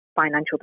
financial